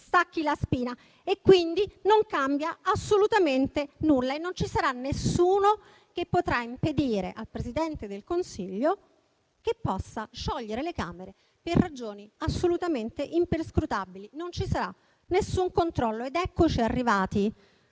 stacchi la spina. Pertanto non cambia assolutamente nulla e non ci sarà nessuno che potrà impedire al Presidente del Consiglio di sciogliere le Camere per ragioni assolutamente imperscrutabili. Non ci sarà nessun controllo. Arriviamo